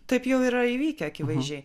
taip jau yra akivaizdžiai